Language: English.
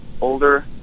older